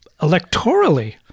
electorally